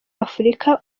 afurika